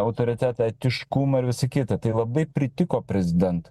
autoritetą etiškumą ir visa kita tai labai pritiko prezidentui